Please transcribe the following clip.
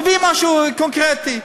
תביא משהו קונקרטי.